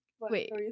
wait